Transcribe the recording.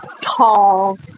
tall